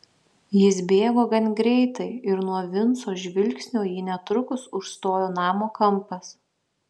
jis bėgo gan greitai ir nuo vinco žvilgsnio jį netrukus užstojo namo kampas